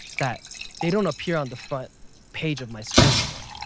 that they don't appear on the front page of my screen anymore.